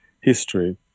history